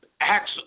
acts